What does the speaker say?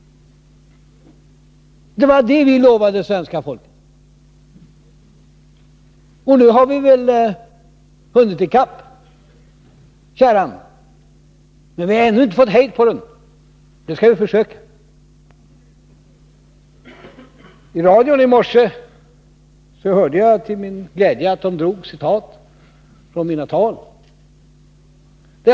Det var det vi lovade svenska folket. Nu har vi väl hunnit i kapp kärran. Vi har ännu inte fått hejd på den, men det skall vi försöka. I radion i morse hörde jag till min glädje citat från mina tal under valrörelsen.